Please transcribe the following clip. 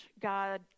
God